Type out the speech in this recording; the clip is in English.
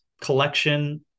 collection